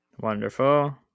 Wonderful